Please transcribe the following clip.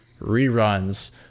reruns